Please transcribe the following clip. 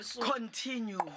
Continue